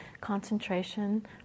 concentration